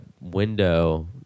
window